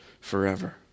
forever